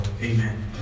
amen